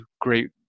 great